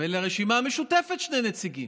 ולרשימה המשותפת שני נציגים.